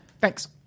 Thanks